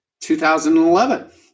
2011